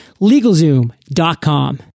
LegalZoom.com